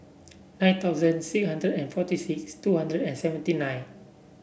nine thousand six hundred and forty six two hundred and seventy nine